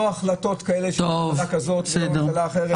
לא החלטות כאלה של ממשלה כזאת או ממשלה אחרת --- טוב,